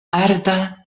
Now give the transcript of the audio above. arda